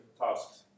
tasks